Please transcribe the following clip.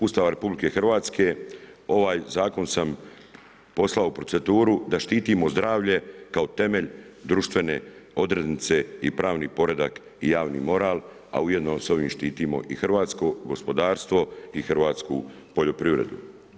Ustava RH, ovaj zakon sam poslao u proceduru da štitimo zdravlje kao temelj društvene odrednice i pravni poredak i javni moral, a ujedno i s ovim štimo i hrvatsku gospodarstvu i hrvatsku poljoprivredu.